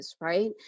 right